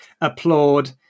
applaud